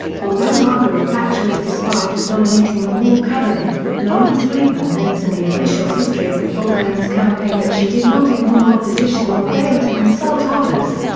although margaret thatcher is described as dominating the war cabinet, lawrence freedman notes in the official history of the falklands campaign that she did not ignore opposition or fail to consult others.